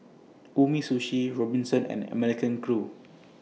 Umisushi Robinsons and American Crew